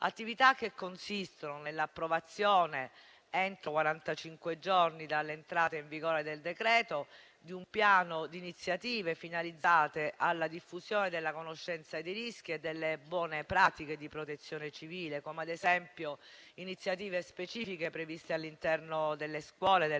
attività consistono nell'approvazione, entro quarantacinque giorni dall'entrata in vigore del provvedimento, di un piano di iniziative finalizzate alla diffusione della conoscenza dei rischi e delle buone pratiche di protezione civile, come ad esempio iniziative specifiche previste all'interno delle scuole delle